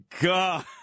God